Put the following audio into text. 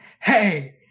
hey